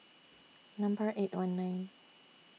Number eight one nine